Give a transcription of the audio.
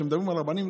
כשמדברים על רבנים,